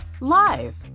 Live